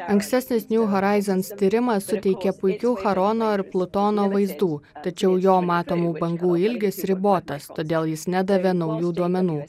ankstesnis new horizons tyrimas suteikė puikių charono ir plutono vaizdų tačiau jo matomų bangų ilgis ribotas todėl jis nedavė naujų duomenų